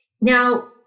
Now